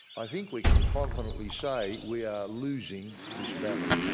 i think we can confidently say we are losing this battle.